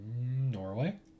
Norway